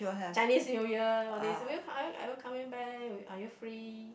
Chinese New Year all these will you are you are you coming back are you free